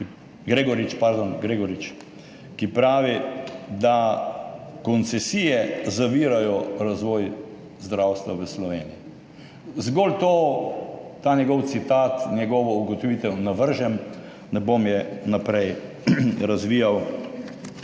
ki pravi, da koncesije zavirajo razvoj zdravstva v Sloveniji. Zgolj navržem ta njegov citat, njegovo ugotovitev, ne bom je naprej razvijal,